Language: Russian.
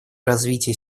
развитие